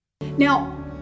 Now